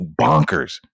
bonkers